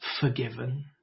forgiven